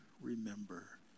remember